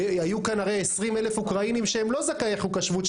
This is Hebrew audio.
היו כאן הרי 20,000 אוקראינים שהם לא זכאי חוק השבות,